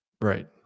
right